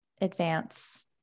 advance